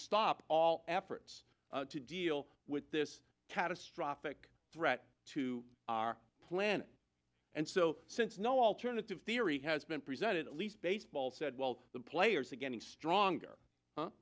stop all efforts to deal with this catastrophic threat to our planet and so since no alternative theory has been presented at least baseball said while the players are getting stronger